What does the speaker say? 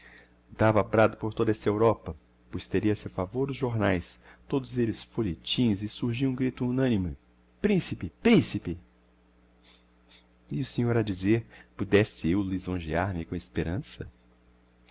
dava brado por toda essa europa pois teria a seu favor os jornaes todos elles folhetins e surgia um grito unanime principe principe e o senhor a dizer pudesse eu lisonjear me com a esperança